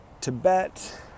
Tibet